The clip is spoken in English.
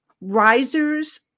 risers